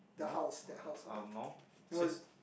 no uh no says